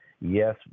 Yes